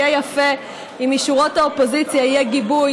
יהיה יפה אם משורות האופוזיציה יהיה גיבוי